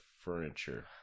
furniture